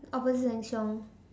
opposite Sheng-Siong